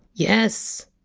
yes.